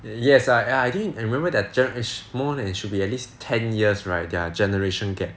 yes I I think I remember their generation more than it should be at least ten years right their generation gap